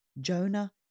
Jonah